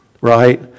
right